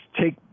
take